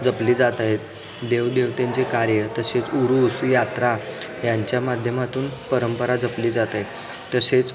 जपली जात आहेत देवदेवतेंचे कार्य तसेच उरुस यात्रा यांच्या माध्यमातून परंपरा जपली जात आहे तसेच